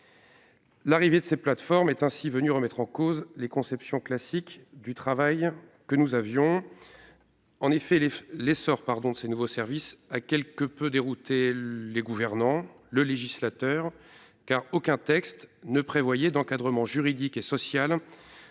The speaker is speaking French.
L'arrivée de ces plateformes est ainsi venue remettre en cause nos conceptions classiques du travail. En effet, l'essor de ces nouveaux services a quelque peu dérouté les gouvernants et le législateur, car aucun texte ne prévoyait d'encadrement juridique et social